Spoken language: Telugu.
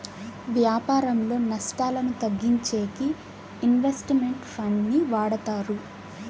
వ్యాపారంలో నష్టాలను తగ్గించేకి ఇన్వెస్ట్ మెంట్ ఫండ్ ని వాడతారు